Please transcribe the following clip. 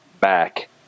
back